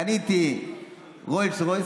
קניתי רולס רויס,